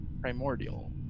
primordial